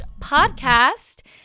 podcast